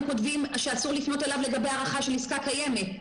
כותבים שאסור לפנות אליו לגבי הארכה של עסקה קיימת?